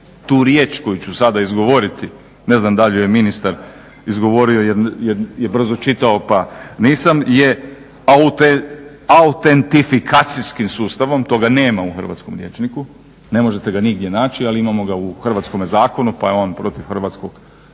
tu riječ koju ću sada izgovoriti, ne znam da li ju je ministar izgovorio jer je brzo čitao pa nisam, je autentifikacijskim sustavom. Toga nema u hrvatskom rječniku, ne možete ga nigdje naći ali imamo ga u hrvatskome zakonu pa je on protiv hrvatskog jezika,